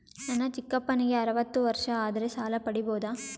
ನನ್ನ ಚಿಕ್ಕಪ್ಪನಿಗೆ ಅರವತ್ತು ವರ್ಷ ಆದರೆ ಸಾಲ ಪಡಿಬೋದ?